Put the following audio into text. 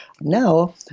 Now